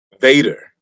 Vader